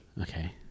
Okay